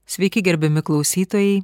sveiki gerbiami klausytojai